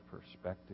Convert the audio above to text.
perspective